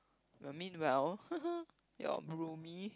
uh meanwhile your roomie